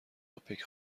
اوپک